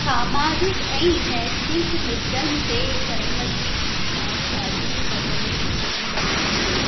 सामाजिक ऐं नैतिक मुद्दनि ते धर्म जी शिक्षाऊं ॾाढियूं कमु में ईंदियूं आहिनि